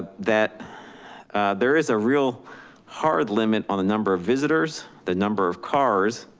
that there is a real hard limit on the number of visitors, the number of cars,